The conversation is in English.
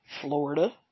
Florida